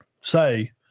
say